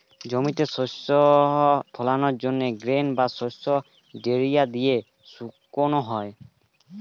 চাষের জমিতে শস্য ফলনের পর গ্রেন বা শস্য ড্রায়ার দিয়ে শুকানো হয়